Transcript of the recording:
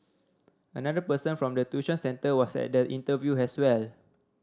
another person from the tuition centre was at the interview as well